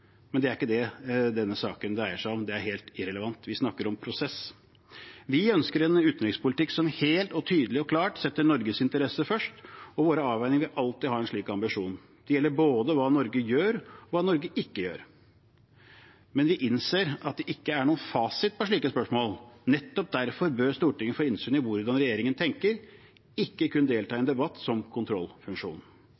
Men det er ikke det denne saken dreier seg om. Det er helt irrelevant. Vi snakker om prosess. Vi ønsker en utenrikspolitikk som helt tydelig og klart setter Norges interesser først, og våre avveininger vil alltid ha en slik ambisjon. Det gjelder både hva Norge gjør, og hva Norge ikke gjør. Men vi innser at det ikke er noen fasit for slike spørsmål. Nettopp derfor bør Stortinget få innsyn i hvordan regjeringen tenker, ikke kun delta i